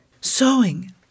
Sewing